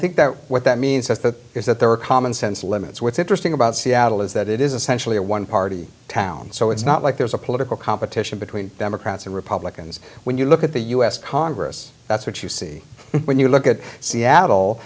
think that what that means is that is that there are common sense limits what's interesting about seattle is that it is essentially a one party town so it's not like there's a political competition between democrats and republicans when you look at the u s congress that's what you see when you look at seattle